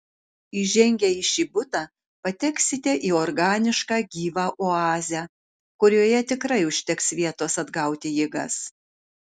įžengę į šį butą pateksite į organišką gyvą oazę kurioje tikrai užteks vietos atgauti jėgas